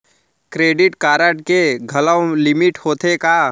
Credit card के घलव limit होथे का?